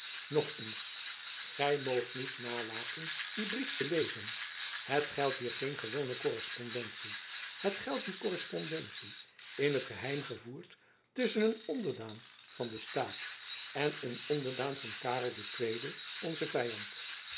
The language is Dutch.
nog eens gy moogt niet nalaten dien brief te lezen het geldt hier geen gewone korrespondentie het geldt een korrespondentie in t geheim gevoerd tusschen een onderdaan van den staat en een onderdaan van karel ii onzen vyand